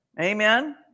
Amen